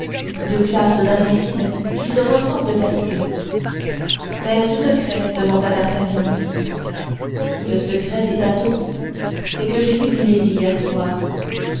deux classes d'imbéciles qui se ressemblent assez mais ce secret demanda d'artagnan le secret dit athos c'est que j'ai vu milady hier soir